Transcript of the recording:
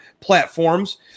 platforms